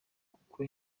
kuko